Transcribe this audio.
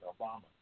Obama